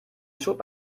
schob